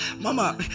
mama